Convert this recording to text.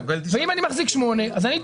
ואם אני מחזיק 8 שנים?